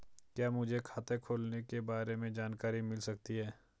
क्या मुझे खाते खोलने के बारे में जानकारी मिल सकती है?